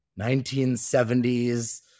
1970s